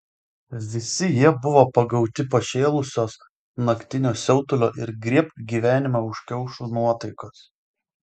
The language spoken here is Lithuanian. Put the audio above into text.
visi jie buvo pagauti pašėlusios naktinio siautulio ir griebk gyvenimą už kiaušių nuotaikos